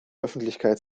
öffentlichkeit